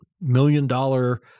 million-dollar